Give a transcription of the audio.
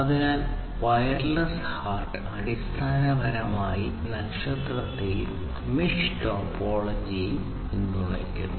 അതിനാൽ wireless HART അടിസ്ഥാനപരമായി നക്ഷത്രത്തെയും മെഷ് ടോപ്പോളജിയെയും പിന്തുണയ്ക്കുന്നു